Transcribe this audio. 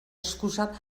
excusa